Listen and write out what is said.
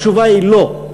התשובה היא לא.